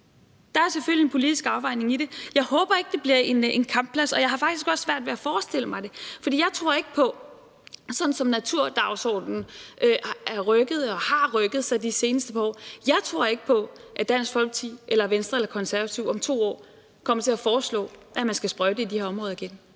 Der er selvfølgelig en politisk afvejning i det. Jeg håber ikke, det bliver en kampplads, og jeg har faktisk også svært ved at forstille mig det, for jeg tror ikke på, sådan som naturdagsordenen har rykket sig de seneste år, at Dansk Folkeparti eller Venstre eller Konservative om 2 år kommer til at foreslå, at man skal sprøjte i de her områder igen.